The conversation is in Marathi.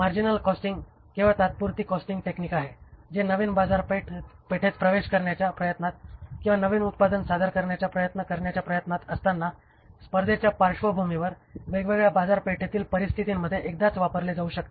मार्जिनल कॉस्टिंग हे केवळ तात्पुरती कॉस्टिंग टेक्निक आहे जे नवीन बाजारपेठेत प्रवेश करण्याच्या प्रयत्नात किंवा नवीन उत्पादन सादर करण्याचा प्रयत्न करण्याच्या प्रयत्नात असताना स्पर्धेच्या पार्श्वभूमीवर वेगवेगळ्या बाजारपेठेतील परिस्थितींमध्ये एकदाच वापरले जाऊ शकते